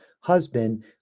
husband